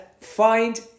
find